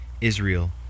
Israel